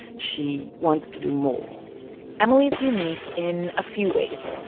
she wants to do more emily is unique in a few ways.